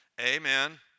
amen